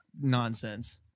nonsense